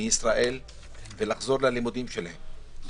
מישראל ולחזור ללימודים שלהם.